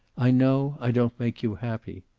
i know i don't make you happy.